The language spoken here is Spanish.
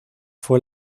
fue